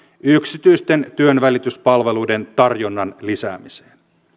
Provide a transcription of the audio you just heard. yksityisten työnvälityspalveluiden tarjonnan lisäämiseen